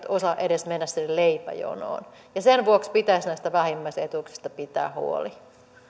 osaa edes mennä sinne leipäjonoon ja sen vuoksi pitäisi näistä vähimmäisetuuksista pitää huoli